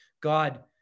God